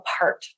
apart